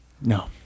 No